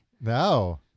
No